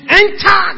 enter